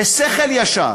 בשכל ישר.